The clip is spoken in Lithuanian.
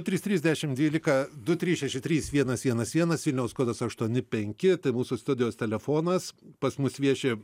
trys trys dešim dvylika du trys šeši trys vienas vienas vienas vilniaus kodas aštuoni penki tai mūsų studijos telefonas pas mus vieši